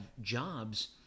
jobs